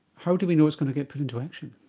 how do we know it's going to get put into action?